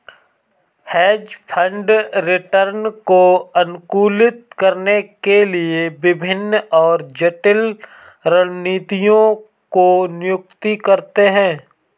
hedge fund return को अनुकूलित करने के लिए विभिन्न और जटिल रणनीतियों को नियुक्त करते हैं